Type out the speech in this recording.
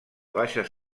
baixes